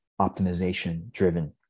optimization-driven